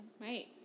Right